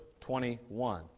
21